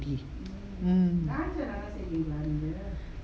mm